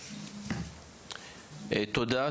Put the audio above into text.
תודה,